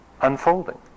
unfolding